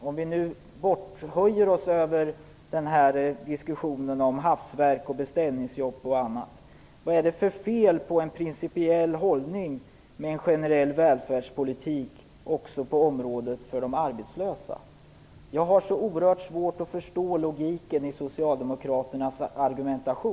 Om vi höjer oss över diskussionen om hafsverk och beställningsjobb vill jag fråga vad det är för fel på att ha en principiell hållning för en generell välfärdspolitik också på de arbetslösas område. Jag har så oerhört svårt att förstå logiken i Socialdemokraternas argumentation.